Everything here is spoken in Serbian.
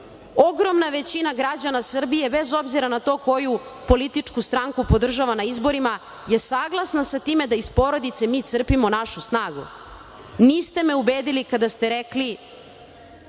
Ogromna većina građana Srbije, bez obzira na to koju političku stranku podržava na izborima, saglasna je sa tim da iz porodice mi crpimo našu snagu. Niste me ubedili kada ste rekli